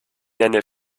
nenne